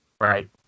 Right